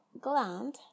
gland